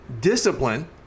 discipline